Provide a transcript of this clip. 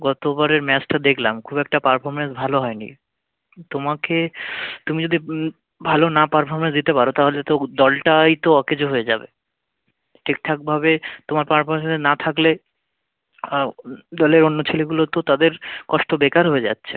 গতবারের ম্যাচটা দেখলাম খুব একটা পারফরমেন্স ভালো হয় নি তোমাকে তুমি যদি ভালো না পারফরমেন্স দিতে পারো তাহলে তো দলটাই তো অকেজো হয়ে যাবে ঠিকঠাকভাবে তোমার পারফরমেন্স না থাকলে দলের অন্য ছেলেগুলো তো তাদের কষ্ট বেকার হয়ে যাচ্ছে